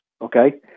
Okay